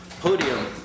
podium